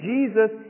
Jesus